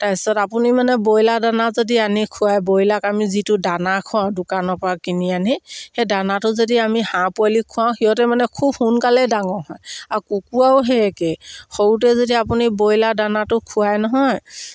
তাৰপিছত আপুনি মানে ব্ৰইলাৰ দানা যদি আনি খোৱাই ব্ৰইলাৰক আমি যিটো দানা খোৱাওঁ দোকানৰ পৰা কিনি আনি সেই দানাটো যদি আমি হাঁহ পোৱালিক খোৱাওঁ সিহঁতে মানে খুব সোনকালে ডাঙৰ হয় আৰু কুকৰাও সেই একে সৰুতে যদি আপুনি ব্ৰইলাৰ দানাটো খোৱাই নহয়